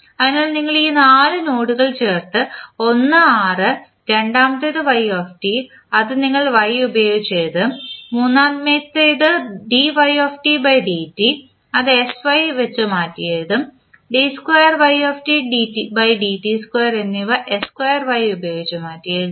അതിനാൽ ഞങ്ങൾ ഈ നാല് നോഡുകൾ ചേർത്തു ഒന്ന് R രണ്ടാമത്തേത് y അത് നിങ്ങൾ Y ഉപയോഗിച്ച് എഴുതും മൂന്നാമത്തേത് dy d അത് sY വച്ച്മാറ്റിയെഴുതും yഎന്നിവ ഉപയോഗിച്ച് മാറ്റിയെഴുതും